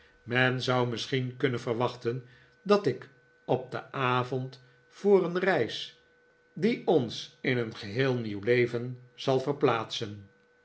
meii zou misschien kunnen verwachten dat ik op den avond voor een reis die ons in een geheel nieuw leven zal verplaatsen